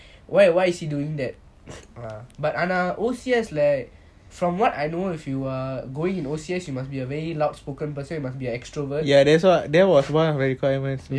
why why is he doing that ah but ஆனா:aana O_C_S lah from what I know to go in O_C_S you must be a very outspoken person you must be an extrovert